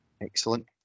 Excellent